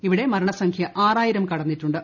ഇവിടെ മരണസംഖ്യ ആറായിരം കടന്നിട്ടുണ്ട്